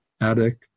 attic